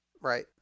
right